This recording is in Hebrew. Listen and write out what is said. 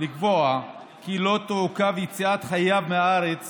לקבוע כי לא תעוכב יציאת חייב מהארץ